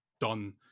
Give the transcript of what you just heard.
done